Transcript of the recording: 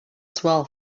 swell